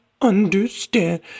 understand